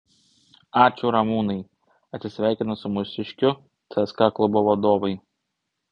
ačiū ramūnai atsisveikina su mūsiškiu cska klubo vadovai